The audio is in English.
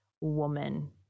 woman